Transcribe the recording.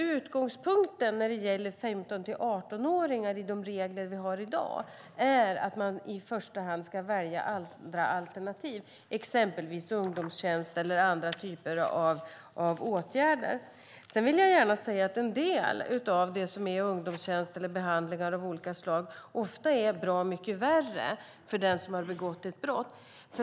Utgångspunkten när det gäller 15-18-åringar är med de regler vi har i dag att man i första hand ska välja andra alternativ, exempelvis ungdomstjänst. Jag vill gärna säga att en del av det som är ungdomstjänst eller behandling av något slag ofta är bra mycket värre för den som begått ett brott.